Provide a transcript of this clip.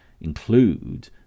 include